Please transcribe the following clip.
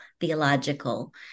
theological